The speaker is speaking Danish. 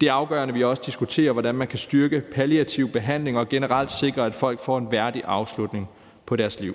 Det er afgørende, at vi også diskuterer, hvordan man kan styrke palliativ behandling og generelt sikre, at folk får en værdig afslutning på deres liv.